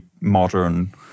modern